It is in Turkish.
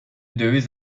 döviz